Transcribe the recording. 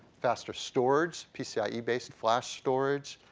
faster storage, pcie-based flash storage,